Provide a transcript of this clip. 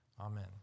Amen